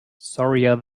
sorrier